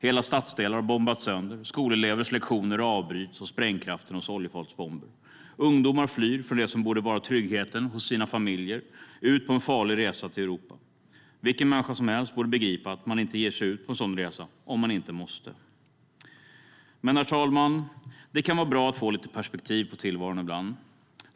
Hela stadsdelar har bombats sönder. Skolelevers lektioner avbryts av sprängkraften hos oljefatsbomber. Ungdomar flyr från det som borde vara tryggheten hos sina familjer ut på en farlig resa till Europa. Vilken människa som helst borde begripa att man inte ger sig ut på en sådan resa om man inte måste. Herr talman! Det kan vara bra att få lite perspektiv på tillvaron ibland.